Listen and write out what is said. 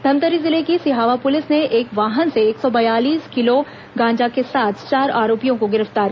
धमतरी जिले की सिहावा पुलिस ने एक वाहन से एक सौ बयालीस किलो गांजा के साथ चार आरोपियों को गिरफ्तार किया है